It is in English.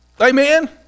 Amen